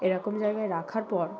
এরকম জায়গায় রাখার পর